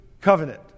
covenant